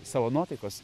savo nuotaikos